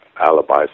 alibis